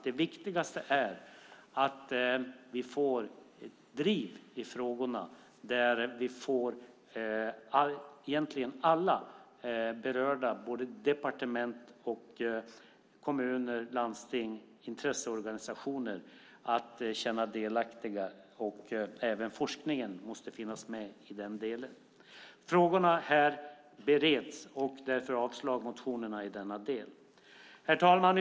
Det viktiga är att vi får ett driv i frågorna och att vi får alla berörda - departement, kommuner, landsting och intresseorganisationer - att känna delaktighet. Forskningen måste också finnas med. Frågorna bereds. Därför yrkar jag avslag på motionerna i denna del. Herr talman!